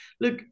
Look